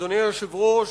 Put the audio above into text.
אדוני היושב-ראש,